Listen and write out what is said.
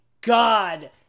god